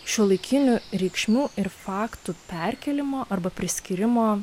šiuolaikinių reikšmių ir faktų perkėlimo arba priskyrimo